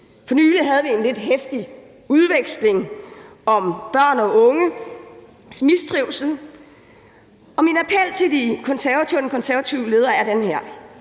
for nylig en lidt heftig udveksling om børn og unges mistrivsel, og min appel til De Konservative og den